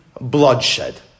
bloodshed